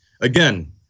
Again